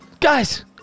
guys